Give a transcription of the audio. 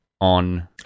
on-